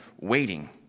waiting